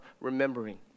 remembering